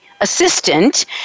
assistant